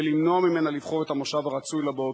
ולמנוע ממנה לבחור את המושב הרצוי לה באוטובוס.